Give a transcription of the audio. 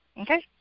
okay